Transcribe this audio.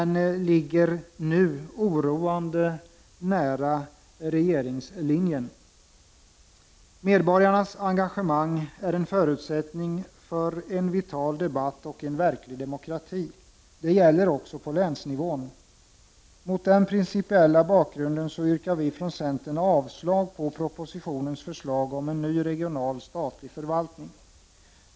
Nu ligger de oroande nära regeringslinjen. Medborgarnas engagemang är en förutsättning för en vital debatt och en verklig demokrati. Det gäller också på länsnivån. Mot den principiella bakgrunden yrkar vi från centern avslag på propositionens förslag om en ny regional statlig förvaltning.